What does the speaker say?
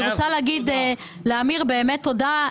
אני רוצה להגיד לאמיר באמת תודה.